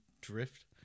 drift